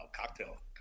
cocktail